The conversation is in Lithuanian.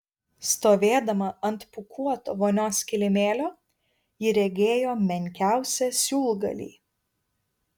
stovėdama ant pūkuoto vonios kilimėlio ji regėjo menkiausią siūlgalį